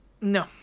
No